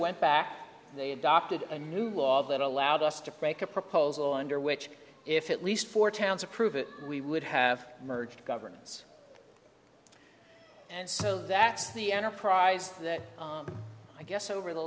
went back and they adopted a new law that allowed us to make a proposal under which if it least for towns approve it we would have merged governance and so that's the enterprise that i guess over the